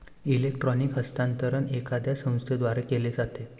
electronic हस्तांतरण एखाद्या संस्थेद्वारे केले जाते